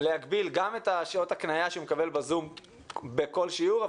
להגביל גם את שעות ההקניה שהוא מקבל בזום בכל שיעור,